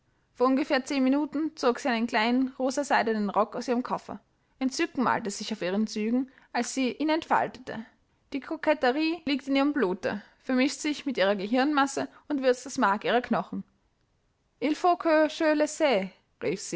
ungefähr zehn minuten zog sie einen kleinen rosa seidenen rock aus ihrem koffer entzücken malte sich auf ihren zügen als sie ihn entfaltete die koketterie liegt in ihrem blute vermischt sich mit ihrer gehirnmasse und würzt das mark ihrer knochen il